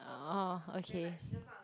orh okay